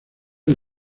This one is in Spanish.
del